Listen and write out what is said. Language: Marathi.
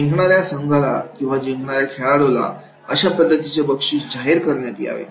जिंकणार्या संघाला किंवा जिंकणारे खेळाडूला अशा पद्धतीचे बक्षीस जाहीर करण्यात यावे